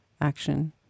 action